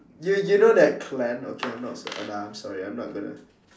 you you know that clan okay I'm not s~ nah I'm sorry I'm not gonna